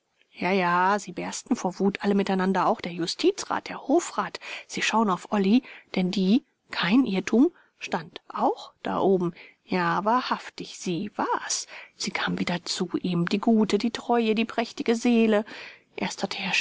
ja ja sie bersten vor wut alle miteinander auch der justizrat der hofrat sie schauen auf olly denn die kein irrtum stand auch da oben ja wahrhaftig sie war's sie kam wieder zu ihm die gute die treue die prächtige seele erst